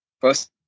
First